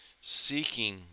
seeking